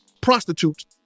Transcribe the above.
prostitutes